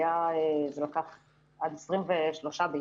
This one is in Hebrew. זה לקח עד 23 ביולי.